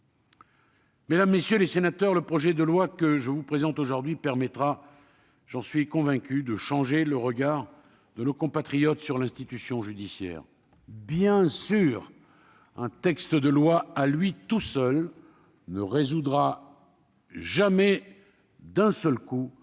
Mesdames, messieurs les sénateurs, le projet de loi que je vous présente aujourd'hui permettra, j'en suis convaincu, de changer le regard de nos compatriotes sur l'institution judiciaire. Bien sûr, un projet de loi ne résoudra jamais à lui tout